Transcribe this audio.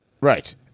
Right